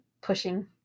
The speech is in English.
pushing